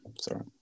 Sorry